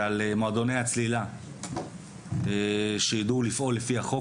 ועל מועדוני הצלילה, שיידעו לפעול לפי החוק.